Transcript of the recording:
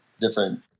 different